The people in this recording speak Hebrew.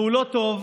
והוא לא טוב.